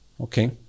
Okay